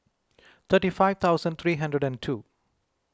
thirty five thousand three hundred and two